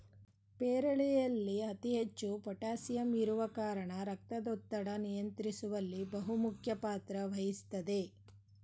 ಪೇರಳೆಯಲ್ಲಿ ಅತಿ ಹೆಚ್ಚು ಪೋಟಾಸಿಯಂ ಇರುವ ಕಾರಣ ರಕ್ತದೊತ್ತಡ ನಿಯಂತ್ರಿಸುವಲ್ಲಿ ಬಹುಮುಖ್ಯ ಪಾತ್ರ ವಹಿಸ್ತದೆ